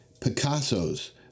Picasso's